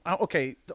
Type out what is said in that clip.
Okay